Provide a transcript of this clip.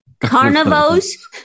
Carnivores